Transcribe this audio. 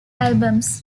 albums